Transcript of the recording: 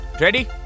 Ready